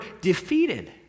defeated